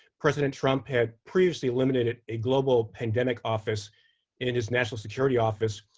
president trump had previously eliminated a global pandemic office in his national security office,